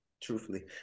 truthfully